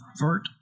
Vert